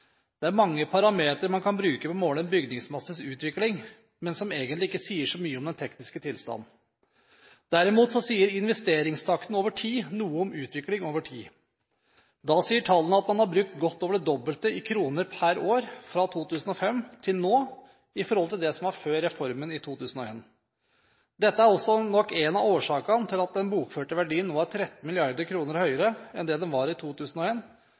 Det er mange parametre man kan bruke for å måle en bygningsmasses utvikling, men som egentlig ikke sier så mye om den tekniske tilstanden. Derimot sier investeringstakten over tid noe om utvikling over tid. Da sier tallene at man har brukt godt over det dobbelte i kroner per år fra 2005 til nå i forhold til det som var tilfellet før reformen i 2001. Dette er nok også en av årsakene til at den bokførte verdien nå er 13 mrd. kr høyere enn det den var i